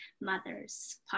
mother's